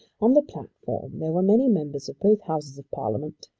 on the platform there were many members of both houses of parliament,